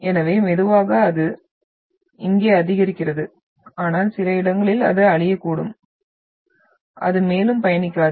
எனவே மெதுவாக அது இங்கே அதிகரிக்கிறது ஆனால் சில இடங்களில் அது அழியக்கூடும் அது மேலும் பயணிக்காது